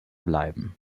bleiben